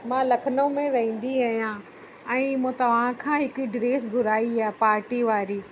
मां लखनऊ में रहंदी आहियां ऐं मूं तवां खां हिकु ड्रेस घुराई आहे पार्टी वारी